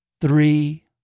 three